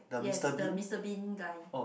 yes the Mister Bean guy